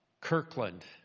Kirkland